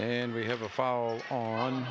and we have a foul on